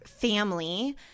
family